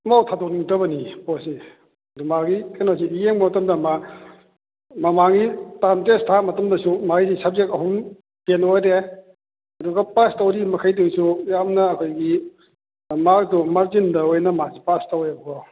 ꯁꯨꯡꯊꯥ ꯊꯥꯗꯣꯛꯅꯤꯡꯗꯕꯅꯤ ꯄꯣꯠꯁꯤ ꯑꯗꯨ ꯃꯥꯒꯤ ꯀꯩꯅꯣꯁꯤꯗꯤ ꯌꯦꯡꯕ ꯃꯇꯝꯗ ꯃꯥ ꯃꯃꯥꯡꯒꯤ ꯇꯥꯔꯝ ꯇꯦꯁ ꯊꯥꯕ ꯃꯇꯝꯗꯁꯨ ꯃꯥꯒꯤ ꯁꯕꯖꯦꯛ ꯑꯍꯨꯝ ꯐꯦꯜ ꯑꯣꯏꯔꯦ ꯑꯗꯨꯒ ꯄꯥꯁ ꯇꯧꯔꯤ ꯃꯈꯩꯗꯨꯁꯨ ꯌꯥꯝꯅ ꯑꯩꯈꯣꯏꯒꯤ ꯃꯥꯔꯛꯇꯣ ꯃꯥꯔꯖꯤꯟꯗ ꯑꯣꯏꯅ ꯃꯥꯁꯤ ꯄꯥꯁ ꯇꯧꯋꯦꯕꯀꯣ